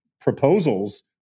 proposals